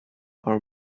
our